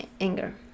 anger